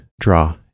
draw